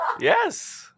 Yes